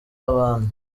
abantu